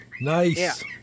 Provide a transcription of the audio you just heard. Nice